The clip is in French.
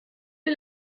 est